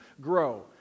grow